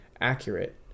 accurate